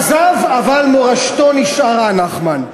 הוא עזב אבל מורשתו נשארה, נחמן.